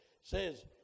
says